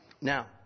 Now